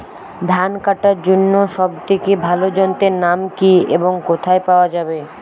ধান কাটার জন্য সব থেকে ভালো যন্ত্রের নাম কি এবং কোথায় পাওয়া যাবে?